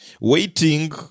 Waiting